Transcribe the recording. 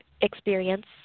experience